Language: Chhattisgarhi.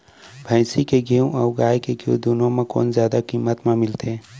भैंसी के घीव अऊ गाय के घीव दूनो म कोन जादा किम्मत म मिलथे?